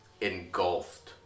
engulfed